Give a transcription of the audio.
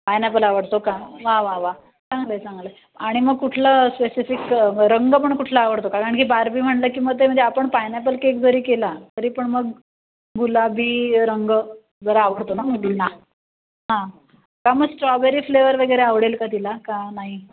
pineapple आवडतो का वा वा वा चांगलं आहे चांगलं आहे आणि मग कुठलं स्पेसिफिक रंग पण कुठला आवडतो का कारण की बारबी म्हटलं की मग ते म्हणजे आपण पायनॅपल केक जरी केला तरी पण मग गुलाबी रंग जरा आवडतो ना मुलींना हां का मग स्ट्रॉबेरी फ्लेवर वगैरे आवडेल का तिला का नाही